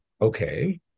okay